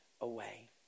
away